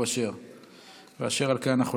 אינה נוכחת,